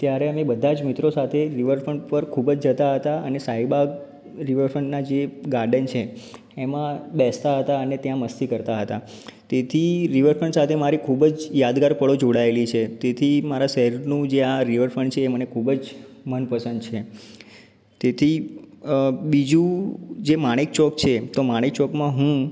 ત્યારે અમે બધા જ મિત્રો સાથે રિવરફ્રન્ટ પર ખૂબ જ જતા હતા અને શાહીબાગ રીવર ફ્રન્ટના જે ગાર્ડન છે એમાં બેસતા હતા અને ત્યાં મસ્તી કરતા હતા તેથી રિવરફ્રન્ટ સાથે મારી ખૂબ જ યાદગાર પળો જોડાયેલી છે તેથી મારા શહેરનું જે આ રિવરફ્રન્ટ છે તે મને ખૂબ જ મનપસંદ છે તેથી બીજું જે માણેકચોક છે તો માણેકચોકમાં હું